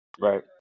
Right